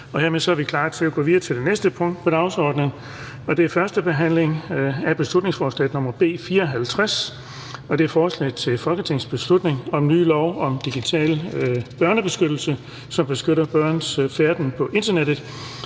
Dermed er vi klar til at gå videre til det næste punkt på dagsordenen. --- Det næste punkt på dagsordenen er: 27) 1. behandling af beslutningsforslag nr. B 54: Forslag til folketingsbeslutning om ny lov om digital børnebeskyttelse, som beskytter børns færden på internettet.